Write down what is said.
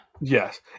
Yes